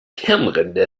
hirnrinde